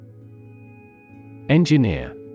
Engineer